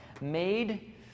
made